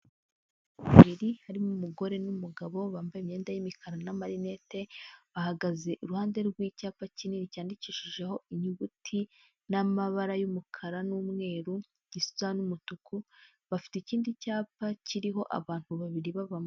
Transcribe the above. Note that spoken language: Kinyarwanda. Abantu ba biriri harimo umugore n'umugabo bambaye imyenda y'imikara n'amarinete, bahagaze iruhande rw'icyapa kinini cyandikishijeho inyuguti n'amabara y'umukara n'umweru gisa n'umutuku, bafite ikindi cyapa kiriho abantu babiri ba...